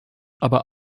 aber